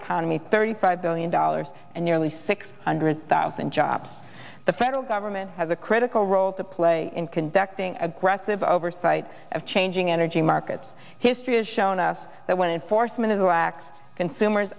economy thirty five billion dollars and nearly six hundred thousand jobs the federal government has a critical role to play in conducting aggressive oversight of changing energy markets history has shown us that when it foresman to act consumers